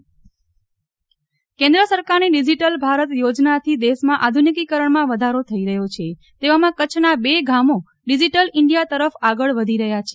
Nehal Thakkar Kutch digital Bharat યોજના કેન્દ્ર સરકારની ડીજીટલ ભારત યોજનાથી દેશમાં આધુનિકીકરણમાં વધારો થઇ રહ્યો છે તેવામાં કચ્છના બે ગામો ડીજીટલ ઇન્ડિયા તરફ આગળ વધી રહ્યા છે